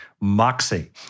moxie